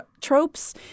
tropes